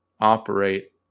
operate